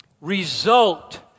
result